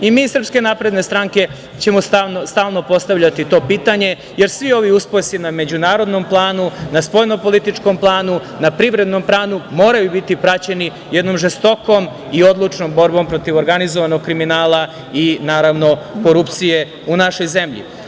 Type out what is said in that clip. I mi iz SNS ćemo stalno postavljati to pitanje, jer svi ovi uspesi na međunarodnom planu, na spoljno-političkom planu, na privrednom planu moraju biti praćeni jednom žestokom i odlučnom borbom protiv organizovanog kriminala i naravno korupcije u našoj zemlji.